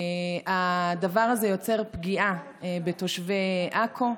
הדבר הזה יוצר פגיעה בתושבי עכו.